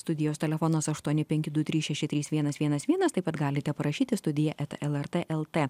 studijos telefonas aštuoni penki du trys šeši trys vienas vienas vienas taip pat galite parašyti studija eta el er t el tė